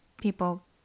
people